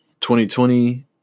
2020